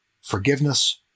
forgiveness